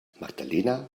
magdalena